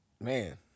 man